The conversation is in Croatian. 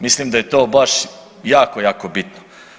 Mislim da je to baš jako, jako bitno.